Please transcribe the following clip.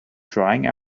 drying